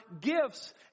gifts